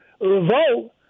vote